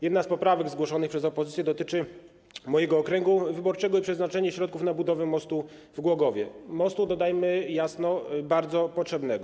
Jedna z poprawek zgłoszonych przez opozycję dotyczy mojego okręgu wyborczego i przeznaczenia środków na budowę mostu w Głogowie, mostu, dodajmy, żeby wyjaśnić, bardzo potrzebnego.